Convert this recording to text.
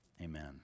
Amen